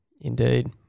Indeed